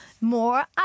more